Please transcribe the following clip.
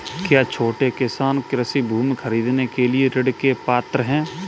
क्या छोटे किसान कृषि भूमि खरीदने के लिए ऋण के पात्र हैं?